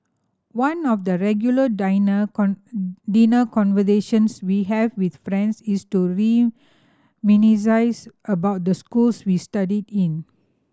one of the regular dinner conversations we have with friends is to reminisce about the schools we studied in